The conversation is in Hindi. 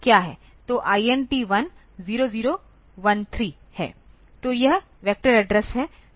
तो INT1 0013 है तो यह वेक्टर एड्रेस है